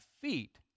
feet